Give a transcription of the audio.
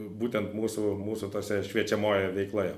būtent mūsų mūsų tose šviečiamojoje veikloje